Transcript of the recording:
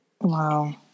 Wow